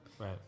Right